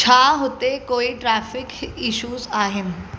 छा हुते कोई ट्रेफिक ईशूस आहिनि